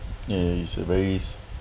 yeah it's a very